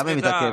למה היא מתעכבת?